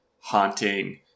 haunting